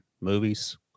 movies